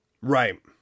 Right